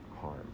harm